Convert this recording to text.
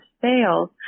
sales